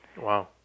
Wow